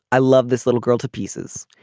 i love this little girl to pieces.